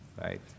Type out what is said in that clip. Right